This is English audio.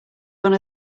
one